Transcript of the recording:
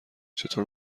چطور